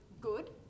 good